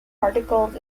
particles